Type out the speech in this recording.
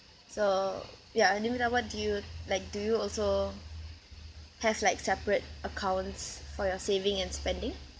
so yeah like do you also have like separate accounts for your saving and spending